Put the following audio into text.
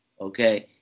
okay